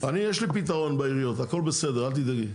אני יש לי פתרון בעיריות, הכל בסדר, אל תדאגי.